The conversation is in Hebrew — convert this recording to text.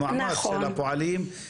המעמד של הפועלים,